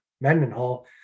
Mendenhall